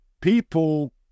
people